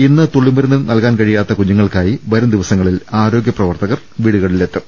ഇന്ന് തുള്ളിമരുന്ന് നൽകാൻ കഴി യാത്ത കുഞ്ഞു ങ്ങൾക്കായി വരും ദിവസങ്ങളിൽ ആരോഗ്യപ്രവർത്തകർ വീടുകളിലെത്തും